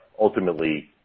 ultimately